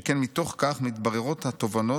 שכן מתוך כך מתבררות התובנות,